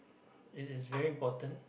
it is very important